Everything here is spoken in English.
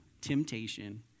temptation